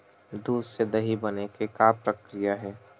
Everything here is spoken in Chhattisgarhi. दूध से दही बने के का प्रक्रिया हे?